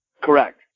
Correct